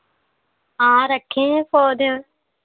हाँ रखे हैं पौधे